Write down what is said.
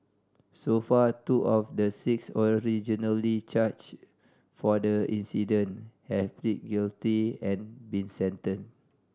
so far two of the six originally charged for the incident have pleaded guilty and been sentenced